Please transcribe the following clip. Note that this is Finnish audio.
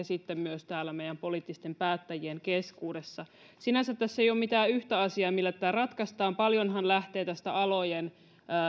sitten myös täällä poliittisten päättäjien keskuudessa sinänsä tässä ei ole mitään yhtä asiaa millä tämä ratkaistaan paljonhan lähtee tästä alojen